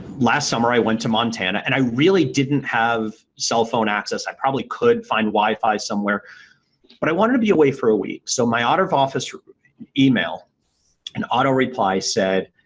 last summer i went to montana and i really didn't have cell phone access. i probably could find wi-fi somewhere but i wanted to be away for a week so my out-of-office email and autoreply said,